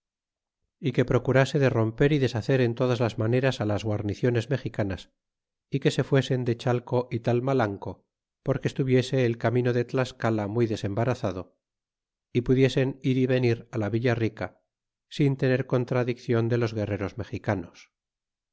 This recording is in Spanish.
é que procurase de romper y deshacer en todas maneras á las guarniciones mexicanas y que se fuesen de chateo y talmalanco porque estuviese el camino de tlascala muy desembarazado y pudiesen fr y venir á la vida rica sin tener contradiccion de los guerreros mexicanos